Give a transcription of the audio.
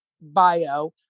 bio